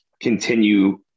continue